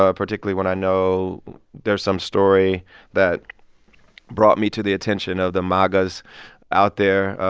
ah particularly when i know there's some story that brought me to the attention of the magas out there.